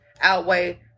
outweigh